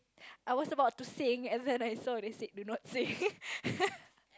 I was about to sing and then I saw they said do not sing